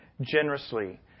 generously